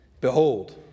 Behold